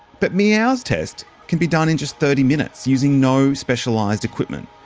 but meow's test can be done in just thirty minutes, using no specialised equipment.